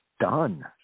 done